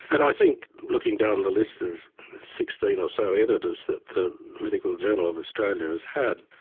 and i think looking down the list of sixteen or so editors that the medical journal of australia has had,